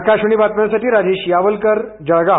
आकाशवाणीच्या बातम्यांसाठी राजेश यावलकर जळगाव